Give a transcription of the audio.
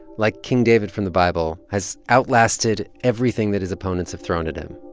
like king david from the bible, has outlasted everything that his opponents have thrown at him.